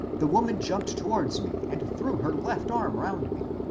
the woman jumped towards me and threw her left arm round me.